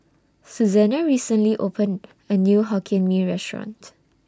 Suzanna recently opened A New Hokkien Mee Restaurant